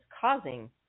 causing